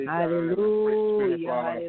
Hallelujah